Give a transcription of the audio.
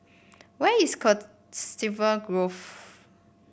where is Coniston Grove